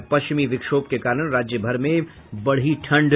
और पश्चिमी विक्षोभ के कारण राज्य भर में बढ़ी ठंड